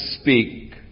speak